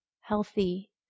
healthy